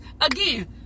again